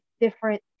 different